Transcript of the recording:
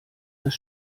das